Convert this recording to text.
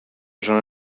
zona